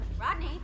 Rodney